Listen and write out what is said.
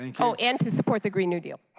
and so and to support the green new deal.